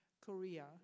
Korea